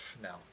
no